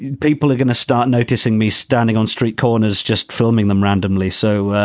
people are going to start noticing me standing on street corners, just filming them randomly. so,